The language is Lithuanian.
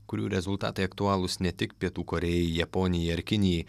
kurių rezultatai aktualūs ne tik pietų korėjai japonijai ar kinijai